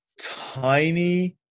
tiny